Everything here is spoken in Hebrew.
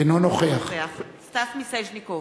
אינו נוכח סטס מיסז'ניקוב,